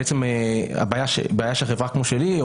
בעיה של חברה כמו שלי,